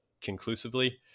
conclusively